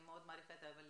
אני מאוד מעריכה אותו,